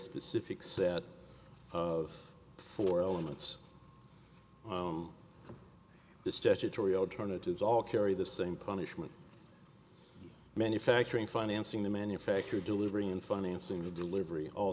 specific set of four elements the statutory alternatives all carry the same punishment manufacturing financing the manufacture delivery and financing the delivery